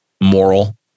moral